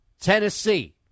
Tennessee